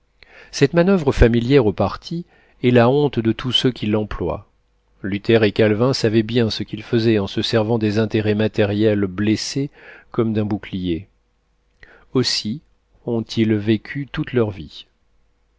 cette manoeuvre familière aux partis est la honte de tous ceux qui l'emploient luther et calvin savaient bien ce qu'ils faisaient en se servant des intérêts matériels blessés comme d'un bouclier aussi ont-ils vécu toute leur vie